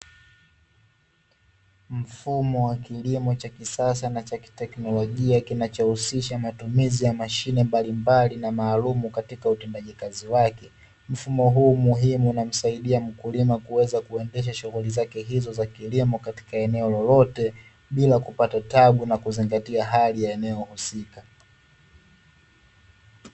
Mfumo wa kilimo cha kisasa, na cha kiteknolojia kinachohusisha matumizi ya mashine mbalimbali na maalumu katika utendaji kazi wake. Mfumo huu muhimu unamsaidia mkulima kuweza kuendesha shughuli zake hizo za kilimo katika eneo lolote, bila kupata tabu, na kuzingatia hali ya eneo husika,